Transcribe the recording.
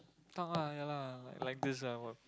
talk ah ya lah like like this ah what